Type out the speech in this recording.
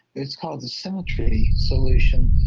it's called the symmetry solution,